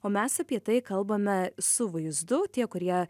o mes apie tai kalbame su vaizdu tie kurie